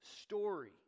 story